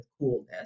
coolness